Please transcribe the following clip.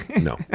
No